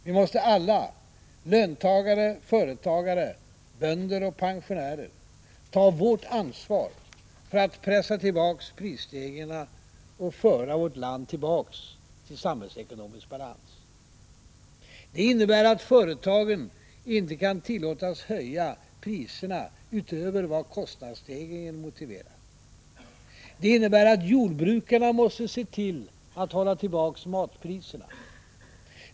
Vi måste alla — löntagare, företagare, bönder och pensionärer — ta vårt ansvar för att pressa tillbaka prisstegringarna och föra vårt land tillbaka till samhällsekonomisk balans. Det innebär att företagen inte kan tillåtas höja priserna utöver vad kostnadsstegringen motiverar. Det innebär att jordbrukarna måste se till att hålla tillbaka matpriserna.